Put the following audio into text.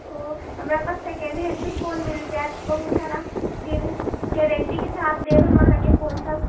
ओ हमरा पास second hand भी फोन मिल जायत बहुत सारा फिर गैरेन्टीके साथ देब हम अहाँकेँ फोन सभ